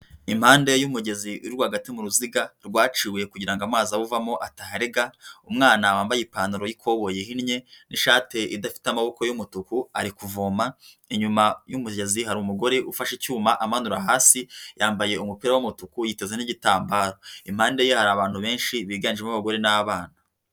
Impande y'umugezi uri rwagati mu ruziga rwaciwe kugira ngo amazi awuvamo ataharega. Umwana wambaye ipantaro y'ikoboyi ihinnye n'ishati idafite amaboko y'umutuku ari kuvoma, inyuma y'umugezi hari umugore ufashe icyuma amanura hasi yambaye umupira w'umutuku yiteze n'igitambaro. Impande ye hari abantu benshi biganjemo abagore n'abana.